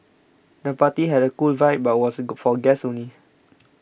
the party had cool vibe but was single for guests only